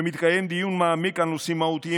כשמתקיים דיון מעמיק על נושאים מהותיים